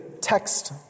text